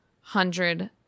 hundred